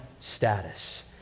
status